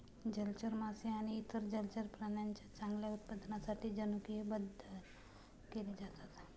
जलचर मासे आणि इतर जलचर प्राण्यांच्या चांगल्या उत्पादनासाठी जनुकीय बदल केले जातात